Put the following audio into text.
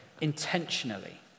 intentionally